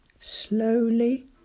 Slowly